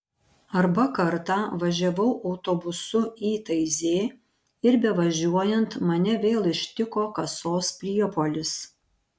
arba kartą važiavau autobusu į taizė ir bevažiuojant mane vėl ištiko kasos priepuolis